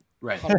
right